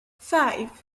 five